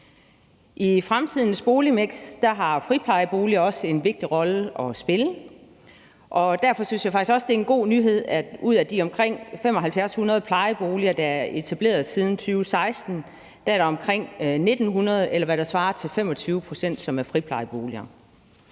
I fremtidens boligmiks har friplejeboliger også en vigtig rolle at spille, og derfor synes jeg faktisk også, det er en god nyhed, at ud af de omkring 7.500 plejeboliger, der er etableret siden 2016, er der omkring 1.900, eller hvad der svarer til 25 pct., som er friplejeboliger.